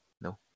No